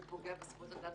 זה פוגע בזכויות אדם,